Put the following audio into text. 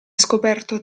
scoperto